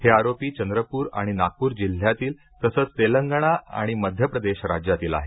हे आरोपी चंद्रपूर आणि नागपूर जिल्ह्यातील तसंच तेलंगणा आणि मध्यप्रदेश राज्यातील आहेत